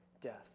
death